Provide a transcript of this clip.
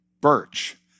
Birch